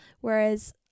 whereas